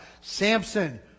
Samson